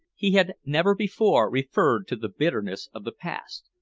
he had never before referred to the bitterness of the past,